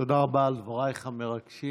תודה רבה על דברייך המרגשים.